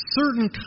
certain